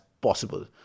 possible